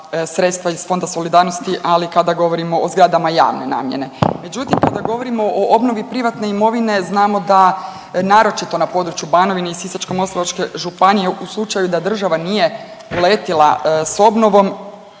sredstva iz Fonda solidarnosti, ali kada govorimo o zgradama javne namjene. Međutim, kada govorimo o obnovi privatne imovine znamo da naročito na području Banovine i Sisačko-moslavačke županije u slučaju da država nije uletila s obnovom,